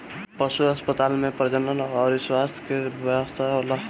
पशु अस्पताल में प्रजनन अउर स्वास्थ्य के व्यवस्था होला